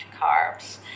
carbs